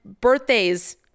birthdays